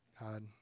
God